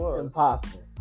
Impossible